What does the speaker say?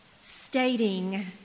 stating